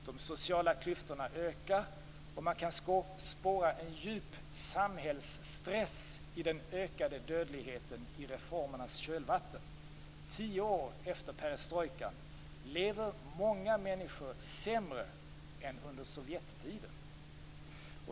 De sociala klyftorna ökar, och man kan spåra en djup samhällsstress i den ökade dödligheten i reformernas kölvatten. Tio år efter perestrojkan lever många människor sämre än under sovjettiden.